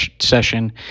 session